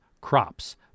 crops